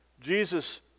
Jesus